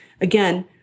again